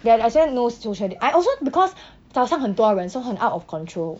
ya that's why no social dis~ I also because 早上很多人 so 很 out of control